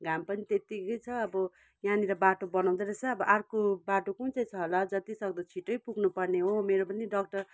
घाम पनि त्यत्तिकै छ अब यहाँनिर बाटो बनाउँदै रहेछ अब अर्को बाटो कुन चाहिँ छ होला हो जति सक्दो छिटै पुग्नु पर्ने हो मेरो पनि डाक्टर